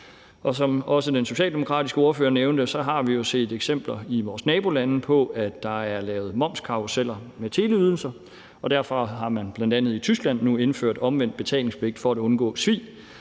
Som den socialdemokratiske ordfører også nævnte, har vi jo set eksempler i vores nabolande på, at der er lavet momskarruseller med teleydelser, og derfor har man bl.a. i Tyskland nu indført omvendt betalingspligt for at undgå svig,